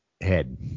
head